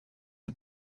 are